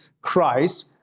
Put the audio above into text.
Christ